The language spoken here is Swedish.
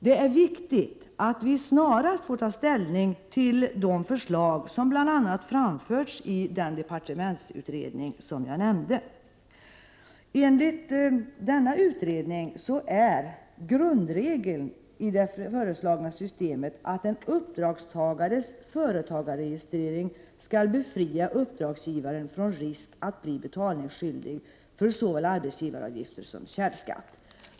Det är viktigt att vi snarast får ta ställning till de förslag som bl.a. har framförts i den departementsutredning som jag nämnde. Enligt denna utredning är grundregeln i det föreslagna systemet att en uppdragstagares företagarregistrering skall befria uppdragsgivaren från risk att bli betalningsskyldig för såväl arbetsgivaravgifter som källskatt.